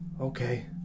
Okay